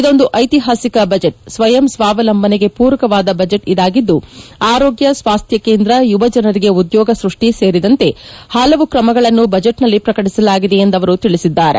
ಇದೊಂದು ಐತಿಹಾಸಿಕ ಬಜೆಟ್ ಸ್ವಯಂ ಸ್ವಾವಲಂಬನೆಗೆ ಪೂರಕವಾದ ಬಜೆಟ್ ಇದಾಗಿದ್ದು ಆರೋಗ್ಲ ಸ್ವಾಸ್ಟ್ವ ಕೇಂದ್ರ ಯುವಜನರಿಗೆ ಉದ್ಯೋಗ ಸೃಷ್ಟಿ ಸೇರಿದಂತೆ ಹಲವು ಕ್ರಮಗಳನ್ನು ಬಜೆಚ್ನಲ್ಲಿ ಪ್ರಕಟಸಲಾಗಿದೆ ಎಂದು ಅವರು ತಿಳಿಸಿದ್ದಾರೆ